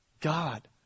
God